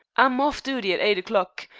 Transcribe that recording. i'm off duty at eight o'clock,